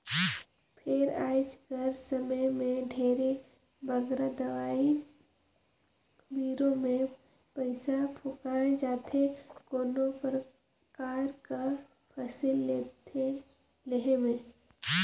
फेर आएज कर समे में ढेरे बगरा दवई बीरो में पइसा फूंकाए जाथे कोनो परकार कर फसिल लेहे में